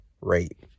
rate